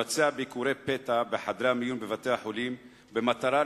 לבצע ביקורי פתע בחדרי המיון בבתי-החולים במטרה